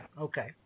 Okay